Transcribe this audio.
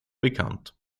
bekannt